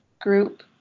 group